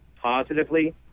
positively